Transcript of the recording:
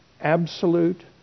absolute